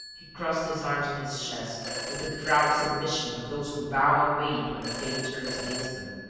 he crossed his arms on his chest, with the proud submission of those who bow and wait when fate turns against them.